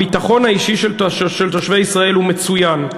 הביטחון האישי של תושבי ישראל הוא מצוין.